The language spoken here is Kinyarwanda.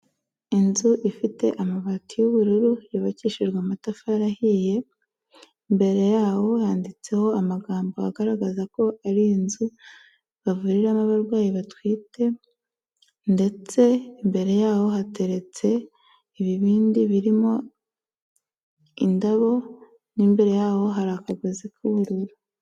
Inzu ifite amabati y'ubururu yubakishijwe amatafari ahiye, imbere yaho handitseho amagambo agaragaza ko ari inzu bavuriramo abarwayi batwite ndetse imbere yaho hateretse ibibindi birimo indabo n'imbere yaho hari akagozi k'ubururu.